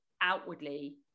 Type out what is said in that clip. outwardly